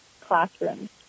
classrooms